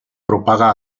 propaga